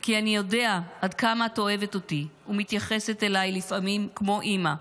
כי אני יודע עד כמה את אוהבת אותי ומתייחסת אליי לפעמים כמו אימא.